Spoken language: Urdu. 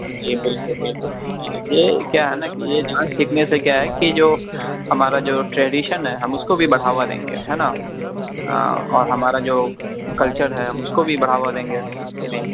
جی بالکل بالکل یہ کیا ہے نا کہ یہ ڈانس سیکھنے سے کیا ہے کہ جو ہمارا جو ٹریڈیشن ہے ہم اس کو بھی بڑھاوا دیں گے ہے نا اور ہمارا جو کلچر ہے ہم اس کو بھی بڑھاوا دیں گے کہ نہیں